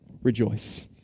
rejoice